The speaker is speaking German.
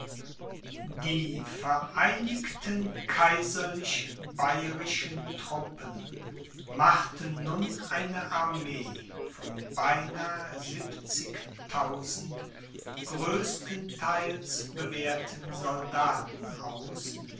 die vereinigten kaiserlich bayerischen truppen machten nun eine armee von beinahe sechzigtausend größtenteils bewährten soldaten aus